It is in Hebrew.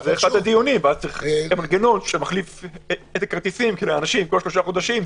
אולי להחליף כל שלושה חודשים.